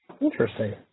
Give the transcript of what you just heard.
Interesting